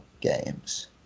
games